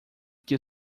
que